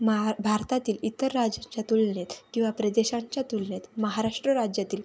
माहा भारतातील इतर राज्यांच्या तुलनेत किंवा प्रदेशांच्या तुलनेत महाराष्ट्र राज्यातील